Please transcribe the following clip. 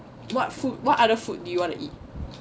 what food what other food do you want to eat